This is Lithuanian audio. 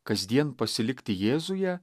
kasdien pasilikti jėzuje